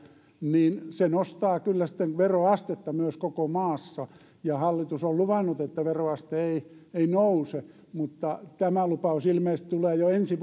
niin se nostaa kyllä sitten veroastetta myös koko maassa ja hallitus on luvannut että veroaste ei ei nouse mutta tämä lupaus ilmeisesti tulee jo ensi